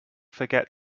forget